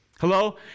Hello